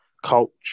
Culture